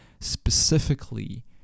specifically